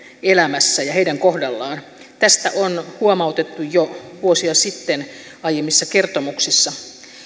elämässä ja heidän kohdallaan tästä on huomautettu jo vuosia sitten aiemmissa kertomuksissa